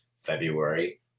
February